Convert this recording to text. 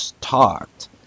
talked